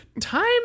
Time